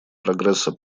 прогресса